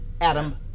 Adam